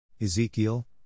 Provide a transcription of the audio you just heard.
Ezekiel